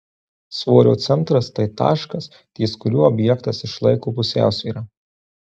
svorio centras tai taškas ties kuriuo objektas išlaiko pusiausvyrą